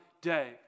day